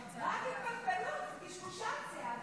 רק התפלפלות ופטפוטציה,